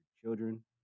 children